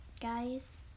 guys